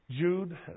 Jude